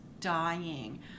dying